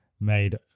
made